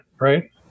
right